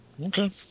Okay